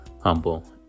humble